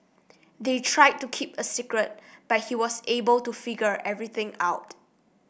they tried to keep a secret but he was able to figure everything out